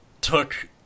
took